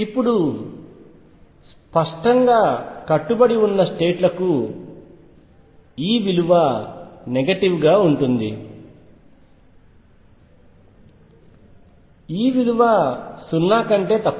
ఇప్పుడు స్పష్టంగా కట్టుబడి ఉన్న స్టేట్ లకు E నెగటివ్ గా ఉంటుంది E విలువ 0 కంటే తక్కువ